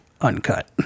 uncut